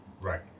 right